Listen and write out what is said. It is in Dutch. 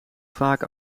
vaak